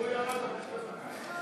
(קוראת בשמות חברי הכנסת)